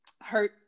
hurt